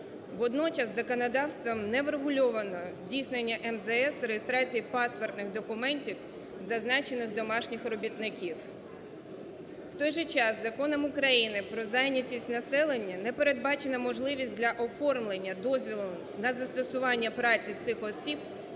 Водночас законодавством не врегульовано здійснення МЗС реєстрації паспортних документів зазначених домашніх робітників. В той же час Законом України про зайнятість населення не передбачена можливість для оформлення дозволу на застосування праці цих осіб